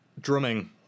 drumming